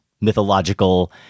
mythological